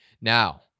Now